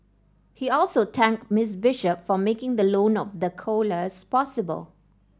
he also thanked Miss Bishop for making the loan of the koalas possible